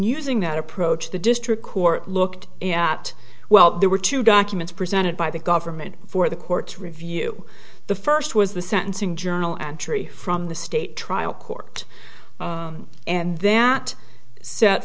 using that approach the district court looked at well there were two documents presented by the government for the court's review the first was the sentencing journal entry from the state trial court and th